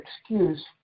excuse